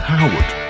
Howard